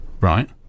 Right